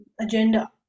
agenda